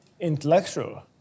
intellectual